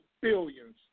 billions